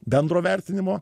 bendro vertinimo